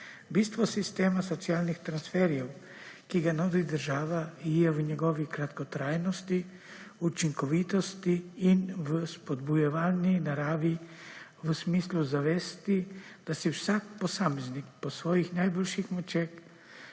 Bistvo sistema socialnih transferjev, ki ga nudi država, je v njegovi kratkotrajnosti, učinkovitosti in v spodbujevalni naravi v smislu zavesti, da si vsak posameznik po svojih najboljših močeh